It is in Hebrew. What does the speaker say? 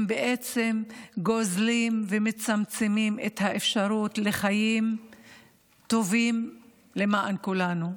הם בעצם גוזלים ומצמצמים את האפשרות לחיים טובים למען כולנו.